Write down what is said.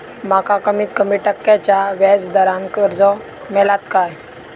माका कमीत कमी टक्क्याच्या व्याज दरान कर्ज मेलात काय?